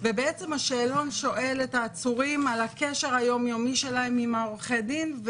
ובעצם השאלון שואל את העצורים על הקשר היומיומי שלהם עם עורכי הדין.